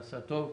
עשה טוב.